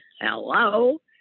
hello